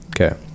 Okay